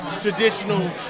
traditional